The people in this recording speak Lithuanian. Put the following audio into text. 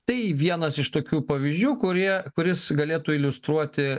tai vienas iš tokių pavyzdžių kurie kuris galėtų iliustruoti